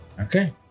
Okay